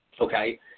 Okay